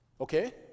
Okay